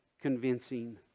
convincing